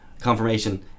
confirmation